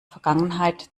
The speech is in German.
vergangenheit